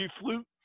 flute